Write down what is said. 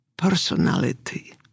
personality